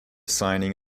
signing